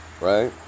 Right